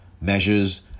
measures